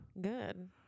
Good